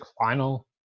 final